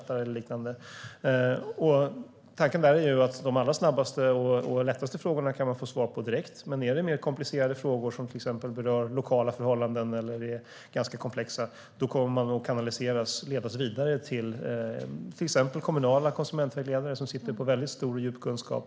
Tanken är att man där kan få svar direkt på de allra snabbaste och lättaste frågorna, men är det mer komplicerade frågor som till exempel rör lokala förhållanden eller är ganska komplexa så kommer man att ledas vidare till exempelvis kommunala konsumentvägledare som sitter på väldigt stor och djup kunskap.